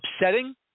upsetting